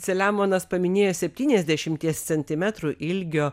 seliamonas paminėjo septyniasdešimties centimetrų ilgio